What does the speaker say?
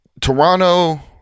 Toronto